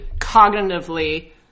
cognitively